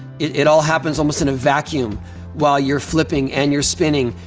it all happens almost in a vacuum while you're flipping and you're spinning,